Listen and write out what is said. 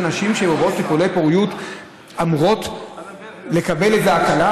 שנשים שעוברות טיפולי פוריות אמורות לקבל איזו הקלה,